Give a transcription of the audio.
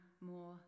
more